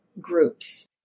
groups